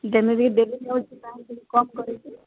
daily ଯଦି ଦେବ କମ୍ କରିଛି